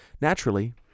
naturally